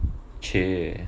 !chey!